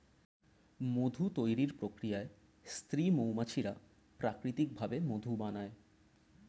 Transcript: মধু তৈরির প্রক্রিয়ায় স্ত্রী মৌমাছিরা প্রাকৃতিক ভাবে মধু বানায়